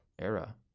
era